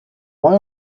why